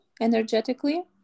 energetically